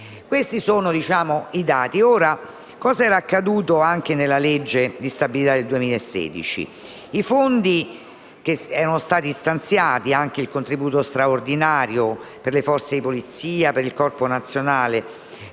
Questi sono i dati. Cosa era accaduto nella legge di stabilità per il 2016? I fondi che erano stati stanziati, compreso il contributo straordinario per le forze di polizia, per il Corpo nazionale